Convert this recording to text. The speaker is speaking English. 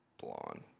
Blonde